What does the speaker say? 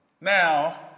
Now